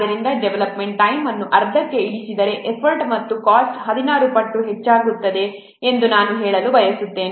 ಆದ್ದರಿಂದ development time ಅನ್ನು ಅರ್ಧಕ್ಕೆ ಇಳಿಸಿದರೆ ಎಫರ್ಟ್ ಅಥವಾ ಕಾಸ್ಟ್ 16 ಪಟ್ಟು ಹೆಚ್ಚಾಗುತ್ತದೆ ಎಂದು ನಾನು ಹೇಳಲು ಬಯಸುತ್ತೇನೆ